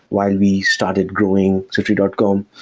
while we started growing siftery dot com,